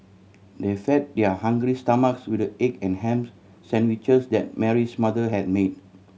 they fed their hungry stomachs with the egg and ham sandwiches that Mary's mother had made